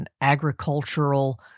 agricultural